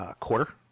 quarter